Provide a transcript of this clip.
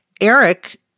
Eric